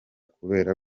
kubera